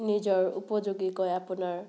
নিজৰ উপযোগীকৈ আপোনাৰ